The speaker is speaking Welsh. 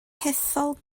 hethol